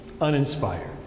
uninspired